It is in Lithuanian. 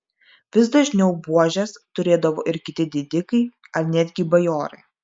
vis dažniau buožes turėdavo ir kiti didikai ar netgi bajorai